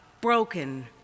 broken